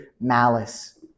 malice